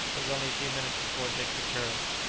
it was only a few minutes before dick returned.